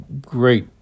great